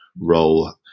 role